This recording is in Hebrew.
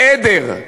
זה עדר.